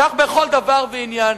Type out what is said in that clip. כך בכל דבר ועניין".